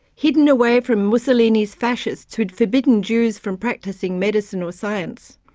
hidden away from mussolini's fascists who had forbidden jews from practicing medicine or science.